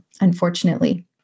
unfortunately